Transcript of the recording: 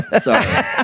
Sorry